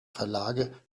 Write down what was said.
verlage